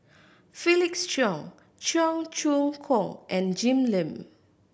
Felix Cheong Cheong Choong Kong and Jim Lim